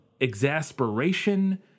exasperation